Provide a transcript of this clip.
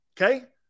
okay